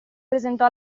presentò